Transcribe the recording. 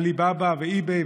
עליבאבא ו-eBay,